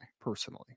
personally